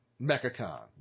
Mechacon